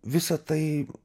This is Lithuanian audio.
visa tai